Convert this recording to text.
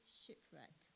shipwreck